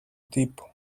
tipo